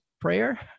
prayer